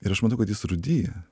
ir aš matau kad jis rūdija